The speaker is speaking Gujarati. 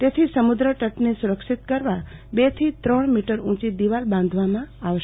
તેથી સમુદ્રતટને સુરક્ષિત કરવા બેથી ત્રણ મીટર ઉંચી દિવાલ બાંધવામાં આવશે